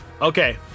Okay